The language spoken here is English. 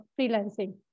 freelancing